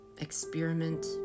experiment